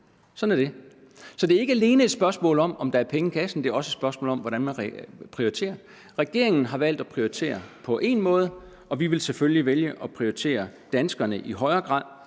Sådan er det. Så det er ikke alene et spørgsmål om, om der er penge i kassen, det er også et spørgsmål om, hvordan man prioriterer. Regeringen har valgt at prioritere på én måde, og vi vil selvfølgelig vælge at prioritere danskerne i højere grad,